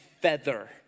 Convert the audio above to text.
Feather